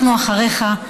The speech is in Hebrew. אנחנו אחריך.